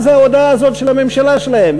מה זה ההודעה הזו של הממשלה שלהם?